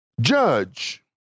judge